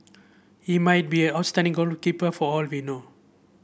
he might be outstanding goalkeeper for all we know